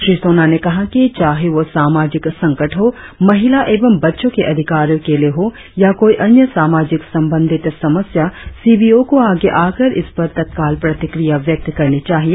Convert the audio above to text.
श्री सोना ने कहा कि चाहे वह सामाजिक संकट हो महिला एवं बच्चों के अधिकारों के लिए हो या कोई अन्य सामाजिक संबंधित समस्या सी बी ओ को आगे आकर इस पर तत्काल प्रतिक्रिया व्यक्त करनी चाहिए